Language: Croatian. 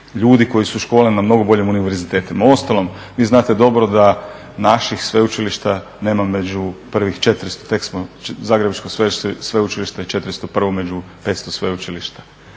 ljudi koji su školovani na mnogo boljim univerzitetima. U ostalom, vi znate dobro da naših sveučilišta nema među prvih 400 tek smo, Zagrebačko sveučilište je 401 među 500 sveučilišta.